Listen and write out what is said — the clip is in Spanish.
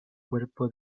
cuerpo